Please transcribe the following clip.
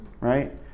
Right